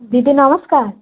ଦିଦି ନମସ୍କାର